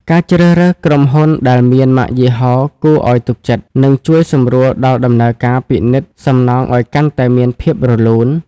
ការជ្រើសរើសក្រុមហ៊ុនដែលមាន ម៉ាកយីហោគួរឱ្យទុកចិត្ត នឹងជួយសម្រួលដល់ដំណើរការពិនិត្យសំណងឱ្យកាន់តែមានភាពរលូន។